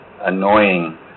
annoying